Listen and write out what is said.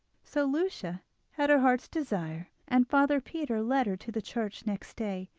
so lucia had her heart's desire, and father peter led her to the church next day,